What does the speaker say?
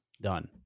done